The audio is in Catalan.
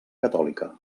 catòlica